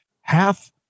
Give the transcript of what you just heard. half